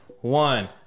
one